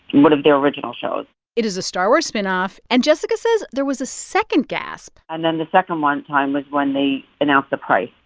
of their original shows it is a star wars spinoff. and jessica says there was a second gasp and then the second one time was when they announced the price,